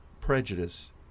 prejudice